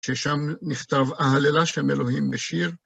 ששם נכתב אהללה שם אלוהים בשיר.